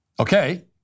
okay